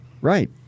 Right